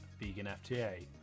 VeganFTA